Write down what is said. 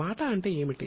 వాటా అంటే ఏమిటి